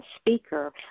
speaker